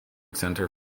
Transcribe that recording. centre